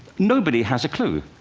nobody has a clue,